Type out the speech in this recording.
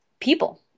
people